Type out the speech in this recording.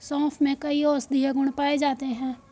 सोंफ में कई औषधीय गुण पाए जाते हैं